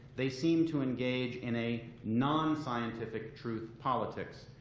they seem to engage in a nonscientific truth politics,